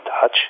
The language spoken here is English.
Touch